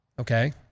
Okay